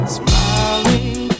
smiling